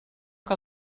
que